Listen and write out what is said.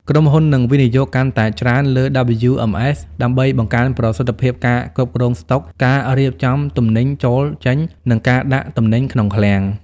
ក្រុមហ៊ុននឹងវិនិយោគកាន់តែច្រើនលើ WMS ដើម្បីបង្កើនប្រសិទ្ធភាពការគ្រប់គ្រងស្តុក ការរៀបចំទំនិញចូល-ចេញ និងការដាក់ទំនិញក្នុងឃ្លាំង។